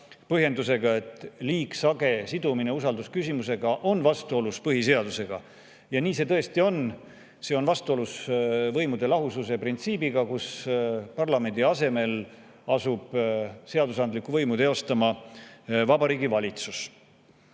põhjendusega, et liigsage sidumine usaldusküsimusega on vastuolus põhiseadusega. Ja nii see tõesti on. See on vastuolus võimude lahususe printsiibiga, sest parlamendi asemel asub seadusandlikku võimu teostama Vabariigi Valitsus.